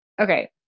okay